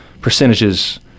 percentages